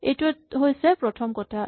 এইটো হৈছে প্ৰথম কথা